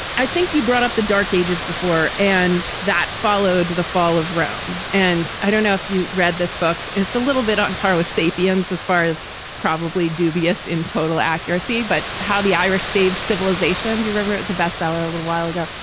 i think you brought up the dark ages before and that followed the fall of rome. and i don't know if you read this book. it's a little bit on par with sapiens as far as probably dubious in total accuracy but how the irish saved civilization you revere it is a bestseller a little while ago.